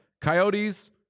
Coyotes